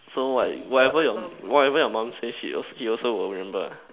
so what whatever whatever your mom says she he also will remember ah